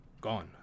gone